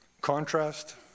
Contrast